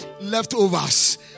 leftovers